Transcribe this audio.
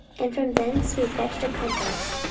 and from thence we fetched a compass,